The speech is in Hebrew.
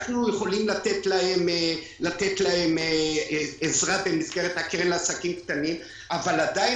אנחנו יכולים לתת להם עזרה במסגרת הקרן לעסקים קטנים אבל עדיין